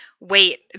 wait